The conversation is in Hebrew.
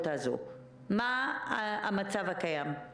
האפשרות לערער על החלטת מנהל המוסד ולבקש?